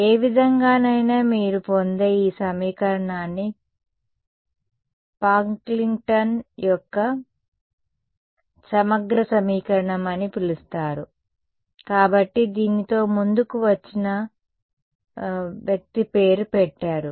ఏ విధంగానైనా మీరు పొందే ఈ సమీకరణాన్ని పాక్లింగ్టన్ Pocklington's యొక్క సమగ్ర సమీకరణం అని పిలుస్తారు కాబట్టి దీనితో ముందుకు వచ్చిన వ్యక్తి పేరు పెట్టారు